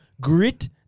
grit